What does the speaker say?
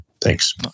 Thanks